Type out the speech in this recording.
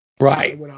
Right